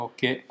Okay